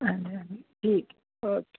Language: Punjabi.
ਹਾਂਜੀ ਹਾਂਜੀ ਠੀਕ ਓਕੇ